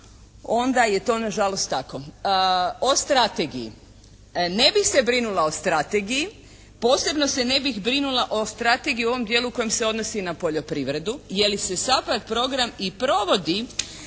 onda je to na žalost tako. O strategiji. Ne bih se brinula o strategiji, posebno se ne bih brinula o strategiji u ovom dijelu koji se odnosi na poljoprivredu jer se SAPARD program i provodi